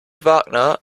wagner